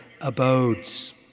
abodes